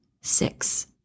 Six